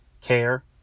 care